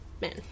men